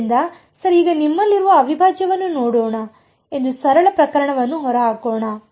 ಆದ್ದರಿಂದ ಸರಿ ಈಗ ನಮ್ಮಲ್ಲಿರುವ ಅವಿಭಾಜ್ಯವನ್ನು ನೋಡೋಣ ಎಂದು ಸರಳ ಪ್ರಕರಣವನ್ನು ಹೊರಹಾಕೋಣ